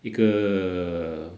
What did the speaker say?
一个